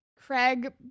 Craig